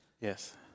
Yes